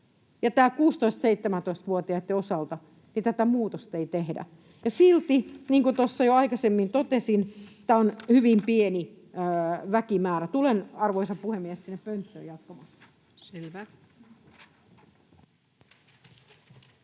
16—17-vuotiaitten osalta tätä muutosta ei tehdä, ja niin kuin tuossa jo aikaisemmin totesin, tämä on hyvin pieni väkimäärä. — Tulen, arvoisa puhemies, sinne pönttöön jatkamaan.